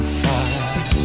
fire